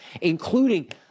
including